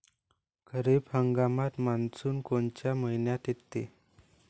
खरीप हंगामात मान्सून कोनच्या मइन्यात येते?